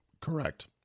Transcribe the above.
Correct